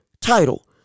title